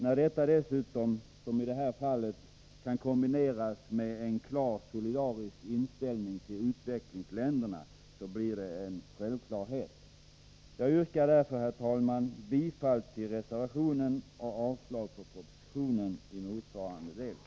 När detta dessutom — som i det här fallet — kan kombineras med en klar solidarisk inställning till utvecklingsländerna — blir den en självklarhet. Herr talman! Jag yrkar därför bifall till reservationen och avslag på propositionen i motsvarande del.